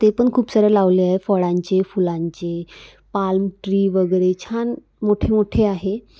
ते पण खूप साऱ्या लावले आहे फळांचे फुलांचे पाल्म ट्री वगैरे छान मोठे मोठे आहे